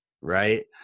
right